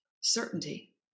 certainty